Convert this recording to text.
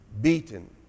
beaten